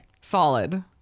Solid